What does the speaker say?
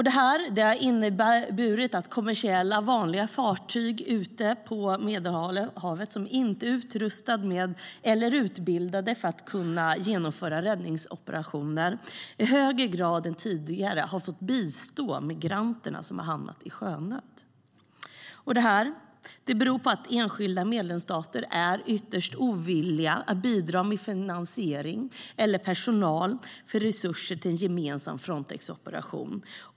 Det har inneburit att kommersiella, vanliga fartyg ute på Medelhavet - som inte är utrustade eller utbildade för att genomföra räddningsoperationer - i högre grad än tidigare har fått bistå de migranter som hamnat i sjönöd. Detta beror på att enskilda medlemsstater är ytterst ovilliga att bidra med finansiering, personal och resurser till en gemensam Frontexoperation.